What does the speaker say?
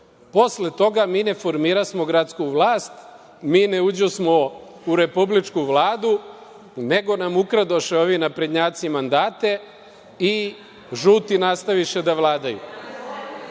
Posle toga mi ne formirasmo gradsku vlast, mi ne uđosmo u republičku Vladu, nego nam ukradoše ovi naprednjaci mandate i žuti nastaviše da vladaju. Nakon